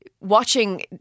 watching